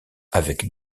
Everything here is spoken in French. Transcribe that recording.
avec